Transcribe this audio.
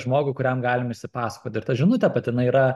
žmogų kuriam galim išsipasakoti ir ta žinutė pati jinai yra